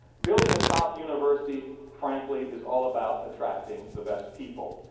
building a top university, frankly, is all about attracting the best people.